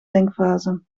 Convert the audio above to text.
denkfase